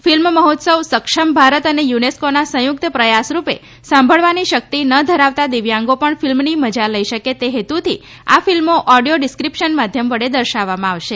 film મહોત્સવ સક્ષમ ભારત અને યુનેસ્કોના સંયુક્ત પ્રયાસ રૂપે સાંભળવાની શક્તિ ન ધરાવતા દિવ્યાંગો પણ ફિલ્મની મજા લઈ શકે તે હેતુથી આ ફિલ્મો ઓડિયો ડિસ્ક્રીપ્શન માધ્યમ વડે દર્શાવવામાં આવશે